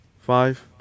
Five